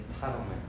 entitlement